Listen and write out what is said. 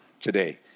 today